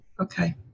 okay